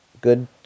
Good